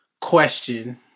question